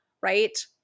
right